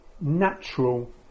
natural